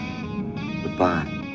Goodbye